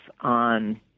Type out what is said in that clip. on